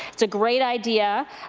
it's a great idea.